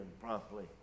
promptly